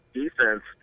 defense